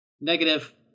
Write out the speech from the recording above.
Negative